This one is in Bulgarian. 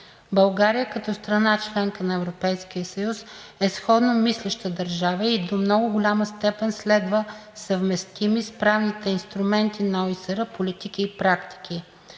България като страна – членка на Европейския съюз, е сходно мислеща държава и до много голяма степен следва съвместими с правните инструменти на ОИСР политики и практики.